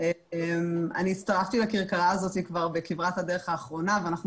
אני הצטרפתי לכרכרה הזאת בכברת הדרך האחרונה ואנחנו